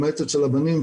למעט אצל הבנים,